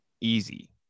easy